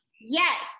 yes